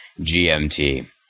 GMT